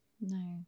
No